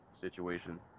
situation